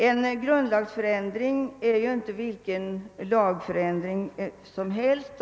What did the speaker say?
En grundlagsändring är ju inte vilken lagändring som helst.